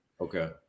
Okay